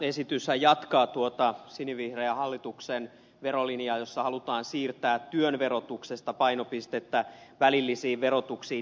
tämä esityshän jatkaa tuota sinivihreän hallituksen verolinjaa jossa halutaan siirtää painopistettä työn verotuksesta välilliseen verotukseen